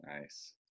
Nice